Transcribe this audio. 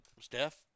Steph